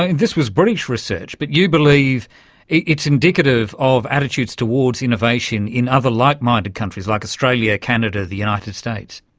ah this was british research, but you believe it's indicative of attitudes towards innovation in other like-minded countries like australia, canada, the united states.